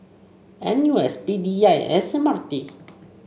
N U S P D I and S M R T